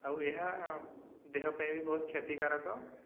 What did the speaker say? ଆଉ ଏହା ଦେହ ପାଇଁ ବି ବହୁତ କ୍ଷତିକାରକ